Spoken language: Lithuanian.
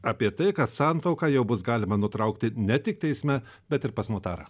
apie tai kad santuoką jau bus galima nutraukti ne tik teisme bet ir pas notarą